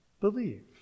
believe